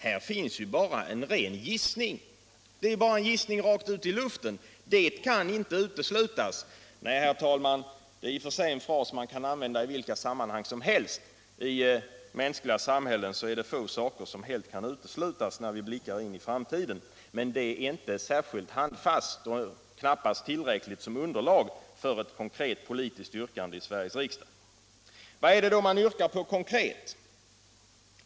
Här finns bara en ren gissning rakt ut i luften: ”Det kan inte uteslutas.” Det är ju en fras man kan använda i vilka sammanhang som helst. I mänskliga samhällen är det få saker som helt kan uteslutas när vi blickar in i framtiden. Men det är inte särskilt handfast och knappast tillräckligt som underlag för ett konkret politiskt yrkande i Sveriges riksdag. Vad är det socialdemokraterna yrkar konkret?